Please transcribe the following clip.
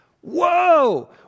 Whoa